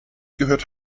gehört